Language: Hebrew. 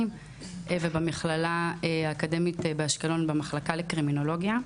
ובמכללה האקדמית באשקלון במחלקה לקרימינולוגיה.